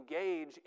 engage